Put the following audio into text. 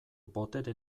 botere